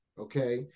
okay